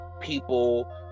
people